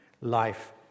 life